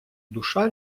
душа